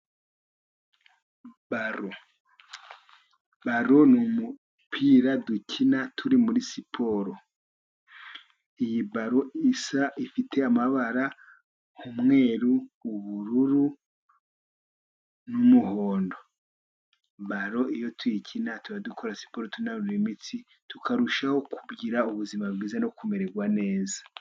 Balo baro numupira dukina turi muri siporo, iyi ballon isa ifite amabara' umweru, ubururu, n'umuhondo. Baro iyo tuyikina tuba dukora siporo tunanura imitsi tukarushaho kugira ubuzima bwiza no kumererwa neza.